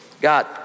God